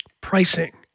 Pricing